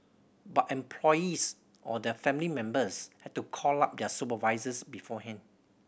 but employees or their family members had to call up their supervisors beforehand